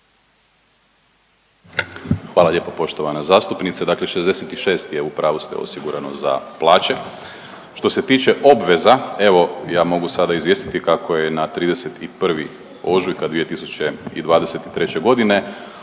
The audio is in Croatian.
Hvala lijepo poštovana zastupnice. Dakle 66 je, u pravu ste, osigurano za plaće. Što se tiče obveza, evo ja mogu sada izvijestiti kako je na 31. ožujka 2023.g.